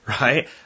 right